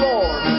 Lord